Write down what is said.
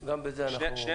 כי היום הוא